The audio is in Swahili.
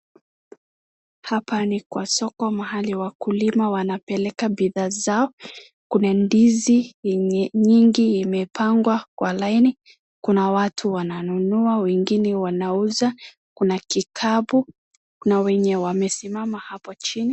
Hapa ni kwa soko mahali wakulima wanapeleka bidhaa zao. Kuna ndizi yenye nyingi imepangwa kwa laini. Kuna watu wananunua wengine wanauza. Kuna kikabu na wenye wamesimama hapo chini.